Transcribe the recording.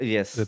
Yes